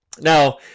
Now